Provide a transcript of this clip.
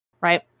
right